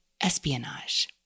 espionage